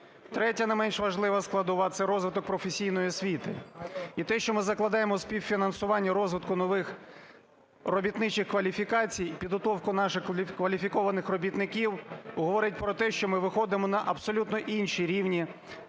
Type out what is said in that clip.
Третя, не менш важлива, складова – це розвиток професійної освіти. І те, що ми закладемоспівфінансування розвитку нових робітничих кваліфікацій, підготовку наших кваліфікованих робітників, говорить про те, що ми виходимо на абсолютно інші рівні